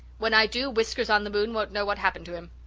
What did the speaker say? when i do, whiskers-on-the-moon won't know what happened to him.